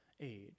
aid